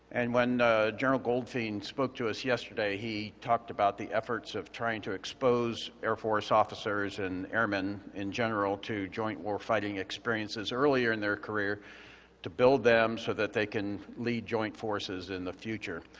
and when general goldfein spoke to us yesterday, he talked about the efforts of trying to expose air force officers and airmen in general to joint war fighting experiences earlier in their career to build them so that they can lead joint forces in the future.